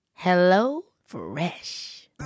HelloFresh